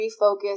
refocus